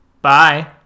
Bye